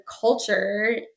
culture